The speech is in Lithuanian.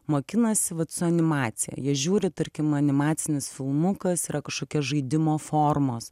mokinasi vat su animacija jie žiūri tarkim animacinis filmukas yra kažkokia žaidimo formos